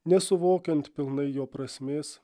nesuvokiant pilnai jo prasmės